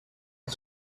est